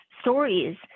stories